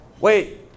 Wait